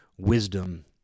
wisdom